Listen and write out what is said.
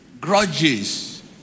grudges